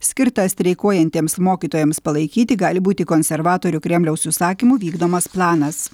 skirta streikuojantiems mokytojams palaikyti gali būti konservatorių kremliaus užsakymu vykdomas planas